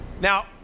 Now